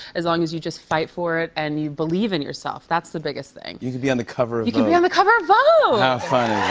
as long as you just fight for it and you believe in yourself. that's the biggest thing. you can be on the cover of vogue. you can be on the cover of vogue! how fun